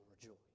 rejoice